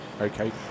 Okay